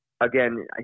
again